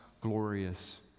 glorious